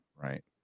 right